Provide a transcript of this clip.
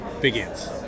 begins